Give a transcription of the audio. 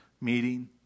meeting